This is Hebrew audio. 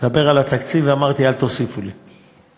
לדבר על התקציב ואמרתי: אל תוסיפו לי.